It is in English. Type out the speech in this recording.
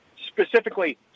specifically